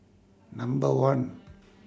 Number one